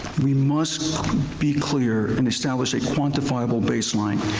we must be clear and establish a quantifiable baseline,